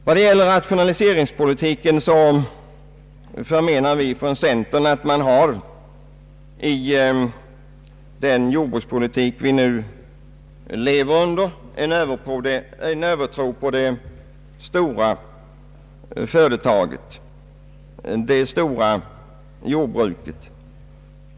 Vad gäller rationaliseringspolitiken förmenar vi från centern att man till grund för den jordbrukspolitik vi nu lever under lägger en övertro på det stora jordbruksföretaget.